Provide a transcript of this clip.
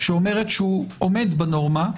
שאומרת שהוא עומד בנורמה,